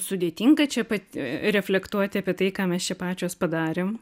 sudėtinga čia pat reflektuoti apie tai ką mes čia pačios padarėm